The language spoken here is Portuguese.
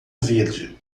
verde